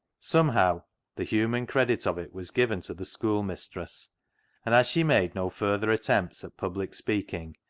somehow the human credit of it was given to the schoolmistress, and as she made no further attempts at public speaking,